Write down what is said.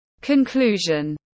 Conclusion